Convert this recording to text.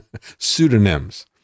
Pseudonyms